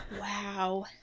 Wow